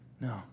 No